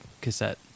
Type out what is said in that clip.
cassette